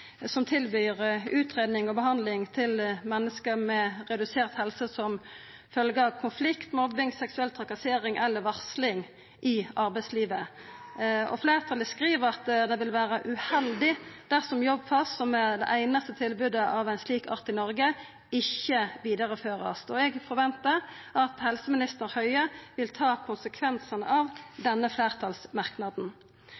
som tilbyr utgreiing og behandling til menneske med redusert helse som følgje av konflikt, mobbing, seksuell trakassering eller varsling i arbeidslivet. Fleirtalet skriv at «det vil være uheldig dersom Jobbfast, som er det eneste tilbudet av en slik art i Norge, ikke videreføres». Eg forventar at helseminister Høie vil ta konsekvensane av